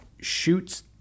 shoots